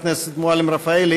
הארכת מועד),